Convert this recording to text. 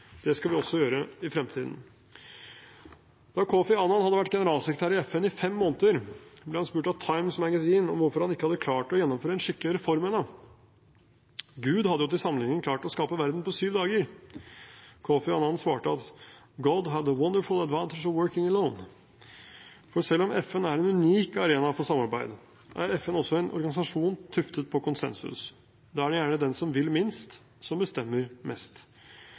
Det skal vi også gjøre i fremtiden. Da Kofi Annan hadde vært generalsekretær i FN i fem måneder, ble han spurt av Time Magazine om hvorfor han ikke hadde klart å gjennomføre en skikkelig reform ennå. Gud hadde jo til sammenligning klart å skape verden på syv dager. Kofi Annan svarte: God had the wonderful advantage of working alone. For selv om FN er en unik arena for samarbeid, er FN også en organisasjon tuftet på konsensus. Da er det gjerne den som vil minst, som bestemmer mest.